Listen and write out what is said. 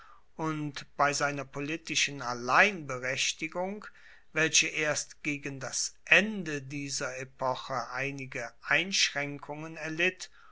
und bei seiner politischen alleinberechtigung welche erst gegen das ende dieser epoche einige einschraenkungen erlitt